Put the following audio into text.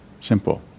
Simple